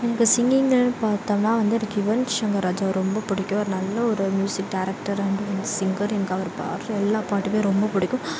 எனக்கு சிங்கிங்லனு பார்த்தோம்னா வந்து எனக்கு யுவன் ஷங்கர் ராஜா ரொம்ப பிடிக்கும் ஒரு நல்ல ஒரு மியூஸிக் டைரக்டர் அண்ட் சிங்கர் எனக்கு அவர் பாடுற எல்லாம் பாட்டுமே ரொம்ப பிடிக்கும்